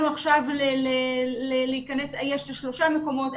עכשיו להיכנס לאם יש שלושה מקומות,